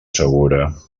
segura